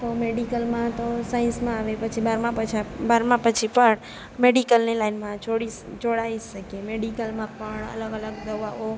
તો મેડિકલમાં તો સાયન્સમાં આવે પછી બારમા પછી બારમા પછી પણ મેડિકલની લાઈનમાં જોડીશ જોડાઈ શકીએ મેડિકલમાં પણ અલગ અલગ દવાઓ